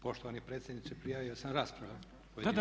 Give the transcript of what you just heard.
Poštovani predsjedniče prijavio sam raspravu